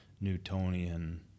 Newtonian